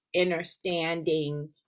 understanding